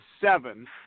seven